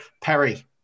Perry